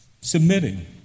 submitting